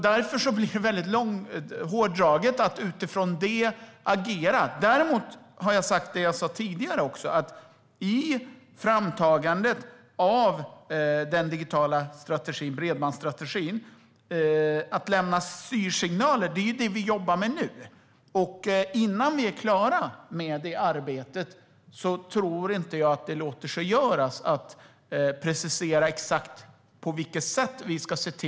Det blir väldigt hårddraget att agera utifrån det. Jag har däremot sagt det jag också sa tidigare. Det vi jobbar med nu i framtagandet av den digitala bredbandsstrategin är styrsignaler. Innan vi är klara med det arbetet tror jag inte att det låter sig göras att exakt precisera på vilket sätt det ska vara.